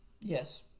Yes